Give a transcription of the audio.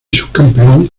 subcampeón